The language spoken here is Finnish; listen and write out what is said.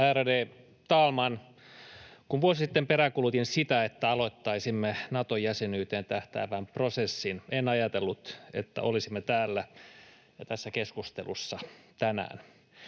Ärade talman! Kun vuosi sitten peräänkuulutin sitä, että aloittaisimme Nato-jäsenyyteen tähtäävän prosessin, en ajatellut, että olisimme täällä ja tässä keskustelussa tänään.